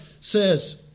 says